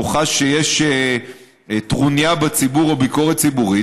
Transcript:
חש שיש טרוניה בציבור או ביקורת ציבורית,